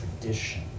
tradition